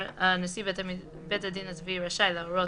נשיא בית הדין הצבאי רשאי להורות,